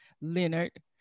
Leonard